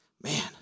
Man